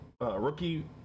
Rookie